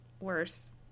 worse